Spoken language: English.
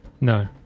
No